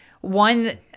one